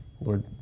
Lord